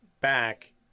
back